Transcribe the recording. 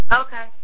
Okay